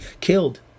killed